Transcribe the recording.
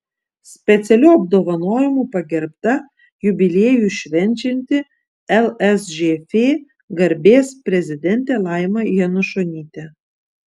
specialiu apdovanojimu pagerbta jubiliejų švenčianti lsžf garbės prezidentė laima janušonytė